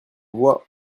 voix